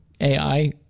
AI